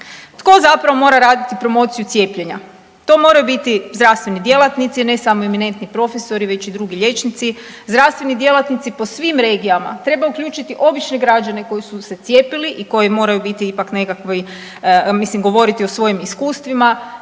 Tko zapravo mora raditi promociju cijepljenja? To moraju biti zdravstveni djelatnici, a ne samo eminentni profesori već i drugi liječnici, zdravstveni djelatnici po svim regijama, treba uključiti obične građane koji su se cijepili i koji moraju biti ipak nekakvi, mislim govoriti o svojim iskustvima,